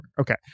Okay